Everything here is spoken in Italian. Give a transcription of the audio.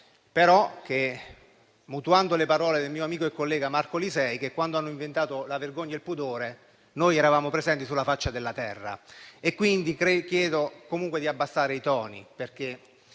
però, mutuando le parole del mio amico e collega Marco Lisei, che quando hanno inventato la vergogna e il pudore noi eravamo presenti sulla faccia della terra. Quindi chiedo comunque di abbassare i toni, perché